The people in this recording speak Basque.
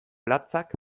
latzak